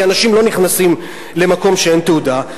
כי אנשים לא נכנסים למקום שאין בו תעודה,